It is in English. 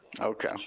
okay